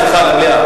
סליחה.